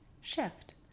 shift